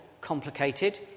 complicated